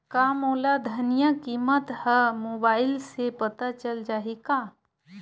का मोला धनिया किमत ह मुबाइल से पता चल जाही का?